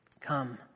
Come